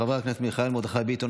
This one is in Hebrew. חבר הכנסת מיכאל מרדכי ביטון,